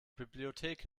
bibliothek